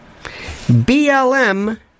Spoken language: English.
BLM